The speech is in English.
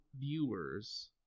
viewers